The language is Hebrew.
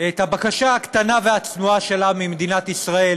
את הבקשה הקטנה והצנועה שלה ממדינת ישראל,